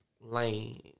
lane